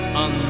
on